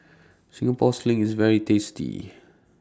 Singapore Sling IS very tasty